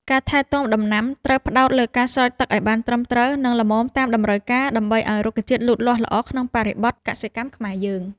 ការថែទាំដំណាំត្រូវផ្ដោតលើការស្រោចទឹកឱ្យបានត្រឹមត្រូវ និង ល្មមតាមតម្រូវការដើម្បីឱ្យរុក្ខជាតិលូតលាស់ល្អក្នុងបរិបទកសិកម្មខ្មែរយើង។